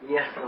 Yes